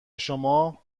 شما